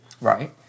Right